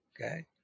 okay